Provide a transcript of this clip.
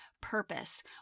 Purpose